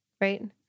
right